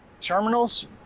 terminals